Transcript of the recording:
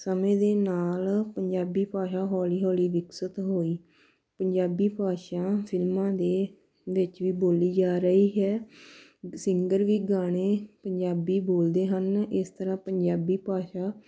ਸਮੇਂ ਦੇ ਨਾਲ ਪੰਜਾਬੀ ਭਾਸ਼ਾ ਹੌਲੀ ਹੌਲੀ ਵਿਕਸਤ ਹੋਈ ਪੰਜਾਬੀ ਭਾਸ਼ਾ ਫਿਲਮਾਂ ਦੇ ਵਿੱਚ ਵੀ ਬੋਲੀ ਜਾ ਰਹੀ ਹੈ ਸਿੰਗਰ ਵੀ ਗਾਣੇ ਪੰਜਾਬੀ ਬੋਲਦੇ ਹਨ ਇਸ ਤਰ੍ਹਾਂ ਪੰਜਾਬੀ ਭਾਸ਼ਾ